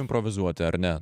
improvizuoti ar ne